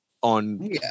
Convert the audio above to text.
on